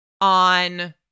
on